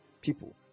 People